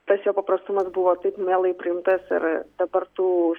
tas jo paprastumas buvo taip mielai priimtas ir dabar tų